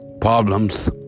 problems